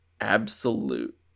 absolute